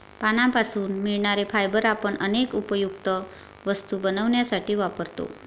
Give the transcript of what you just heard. पानांपासून मिळणारे फायबर आपण अनेक उपयुक्त वस्तू बनवण्यासाठी वापरतो